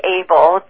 able